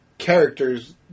Characters